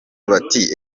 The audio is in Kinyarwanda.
bati